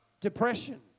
depression